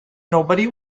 nobody